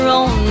on